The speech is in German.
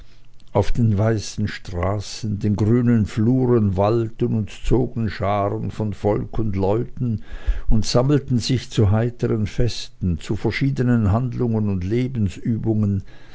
auf den weißen straßen den grünen fluren wallten und zogen scharen von volk und leuten und sammelten sich zu heiteren festen zu verschiedenen handlungen und lebensübungen